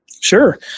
Sure